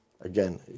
again